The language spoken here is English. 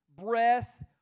breath